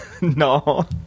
No